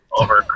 over